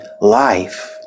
life